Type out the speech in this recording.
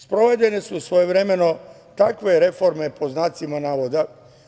Sprovedene su svojevremeno takve reforme po znacima navoda